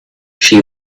she